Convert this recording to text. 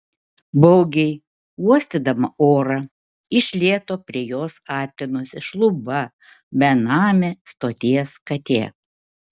baugiai uostydama orą iš lėto prie jos artinosi šluba benamė stoties katė